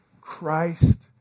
Christ